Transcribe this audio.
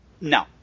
no